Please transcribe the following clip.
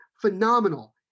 phenomenal